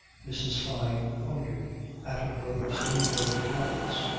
mrs. fyne wondered at her brother's indolent habits.